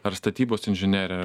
ar statybos inžinerija